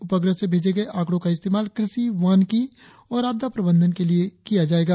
उपग्रह से भेजे गए आकड़ों का इस्तेमाल कृषि वानिकी और आपदा प्रबंधन के लिए कार्य करेगा